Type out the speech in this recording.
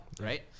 right